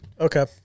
Okay